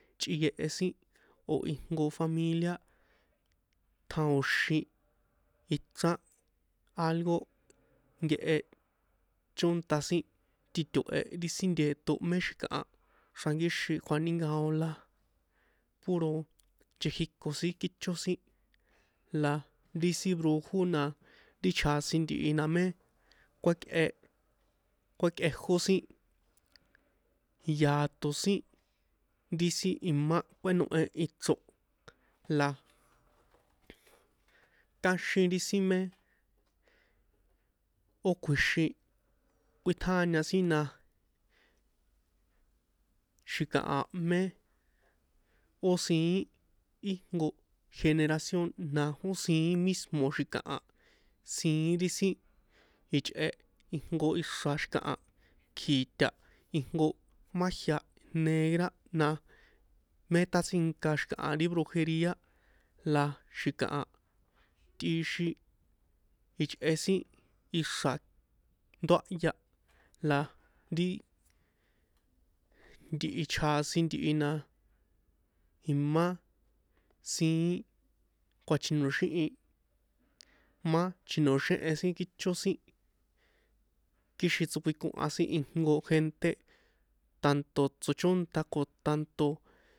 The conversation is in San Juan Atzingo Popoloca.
Chꞌiyehe sin o̱ ijnko familia tjánjo̱xin ichrán algo nkehe chónta sin títo̱he̱ ri sin nteṭo mé xi̱kaha xrankíxin kjuanínkaon la puro nchekjiko sin kícho sin la ri sin brujo na ti chjasin ntihi na kuékꞌe kuékꞌejó sin yato sin nti sin imá kꞌuénohe ichro la káxin ri sin mé ó kjuixin kuítjaña sin na xi̱kaha mé ó siín íjnko generación na ó siín mismo̱ xi̱kaha siín ri sin ichꞌe ijnko ixra̱ xi̱kaha kjiṭa ijnko majia negra na métatsinka xi̱kaha ri brujeria la xi̱kaha tꞌixin ichꞌe sin ixra̱ nduáhya la ri ntihi chjasin ntihi na imá siín kuachji̱noxíhin má chi̱no̱xéhi sin kícho sin kixin chrokuihan sin jnko gente tanto tsochónta ko tanto.